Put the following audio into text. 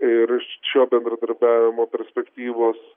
ir šio bendradarbiavimo perspektyvos